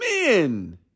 men